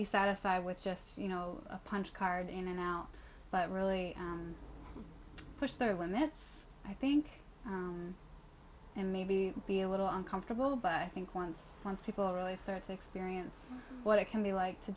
be satisfied with just you know punch card in and out but really push their limits i think and maybe be a little uncomfortable but i think once people really start to experience what it can be like to